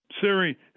Siri